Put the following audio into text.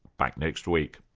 back next week